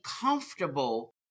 comfortable